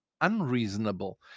unreasonable